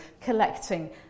collecting